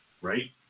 Right